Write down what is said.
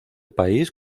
país